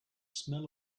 smell